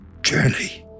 journey